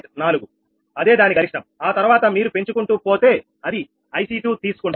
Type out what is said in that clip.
4 అదే దాని గరిష్టం ఆ తర్వాత మీరు పెంచుకుంటూ పోతే అది IC2 తీసుకుంటుంది